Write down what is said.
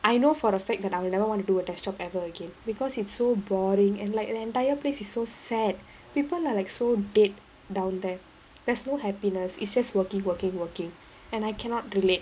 I know for a fact that I will never want to do a desk job ever again because it's so boring and like the entire place is so sad people are like so dead down there there's no happiness is just working working working and I cannot relate